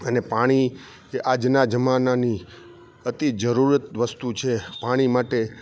અને પાણી એ આજના જમાનાની અતિ જરૂરત વસ્તુ છે પાણી માટે